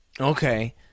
Okay